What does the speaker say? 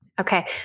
Okay